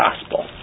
Gospel